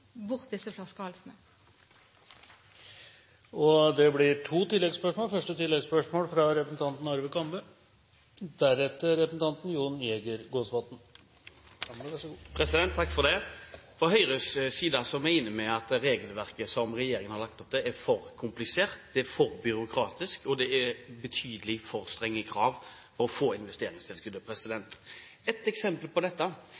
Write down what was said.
bort disse flaskehalsene. Det blir to oppfølgingsspørsmål – først representanten Arve Kambe. Fra Høyres side mener vi at det regelverket regjeringen har lagt opp til, er for komplisert. Det er for byråkratisk, og det er altfor strenge krav for å få investeringstilskudd. Ett eksempel på dette